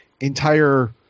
entire